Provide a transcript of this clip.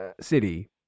city